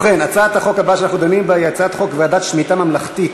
אני קובע כי הצעת חוק הסיוע המשפטי